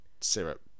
syrup